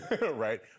right